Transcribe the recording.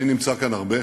אני נמצא כאן הרבה,